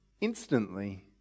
instantly